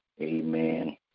Amen